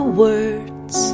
words